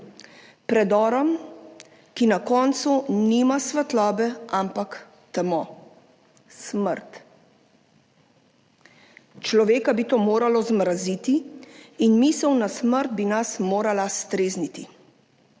Predorom, ki na koncu nima svetlobe, ampak temo, smrt. Človeka bi to moralo zmraziti in misel na smrt bi nas morala strezniti.